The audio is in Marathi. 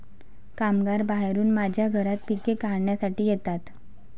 कामगार बाहेरून माझ्या घरात पिके काढण्यासाठी येतात